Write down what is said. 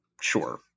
sure